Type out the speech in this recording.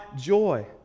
joy